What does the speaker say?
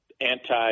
anti